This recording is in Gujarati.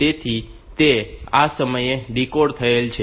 તેથી તે આ સમયે ડીકોડ થયેલ છે